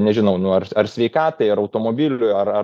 nežinau nu ar ar sveikatai ar automobiliu ar ar